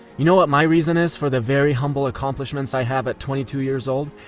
you know what my reason is for the very humble accomplishments i have at twenty two years old?